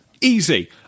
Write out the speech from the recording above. Easy